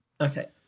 Okay